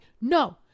no